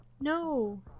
No